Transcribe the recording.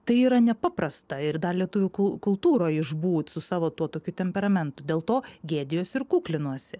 tai yra nepaprasta ir dar lietuvių kul kultūroj išbūt su savo tuo tokiu temperamentu dėl to gėdijuosi ir kuklinuosi